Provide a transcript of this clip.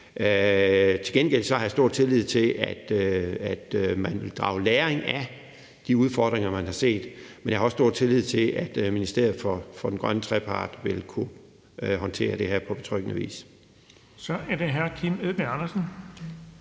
Til gengæld har jeg stor tillid til, at man vil drage læring af de udfordringer, man har set. Men jeg har også stor tillid til, at Ministeriet for Grøn Trepart vil kunne håndtere det her på betryggende vis. Kl. 19:43 Den fg. formand